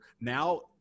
now